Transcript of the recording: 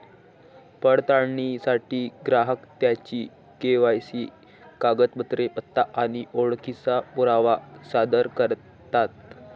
पडताळणीसाठी ग्राहक त्यांची के.वाय.सी कागदपत्रे, पत्ता आणि ओळखीचा पुरावा सादर करतात